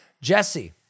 Jesse